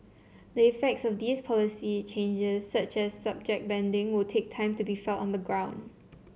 the effects of these policy changes such as subject banding will take time to be felt on the ground